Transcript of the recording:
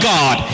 God